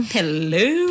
hello